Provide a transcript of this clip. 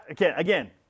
again